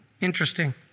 interesting